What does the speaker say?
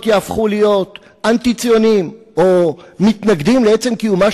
יהפכו להיות אנטי-ציוניים או מתנגדים לעצם קיומה